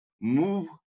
move